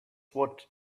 what